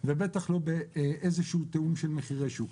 ובטח לא באיזשהו תיאום של מחירי שוק.